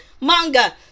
manga